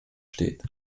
steht